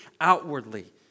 outwardly